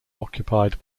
occupied